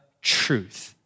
truth